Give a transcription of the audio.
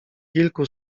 kilku